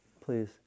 please